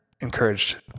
encouraged